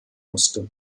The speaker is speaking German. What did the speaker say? musste